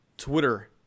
Twitter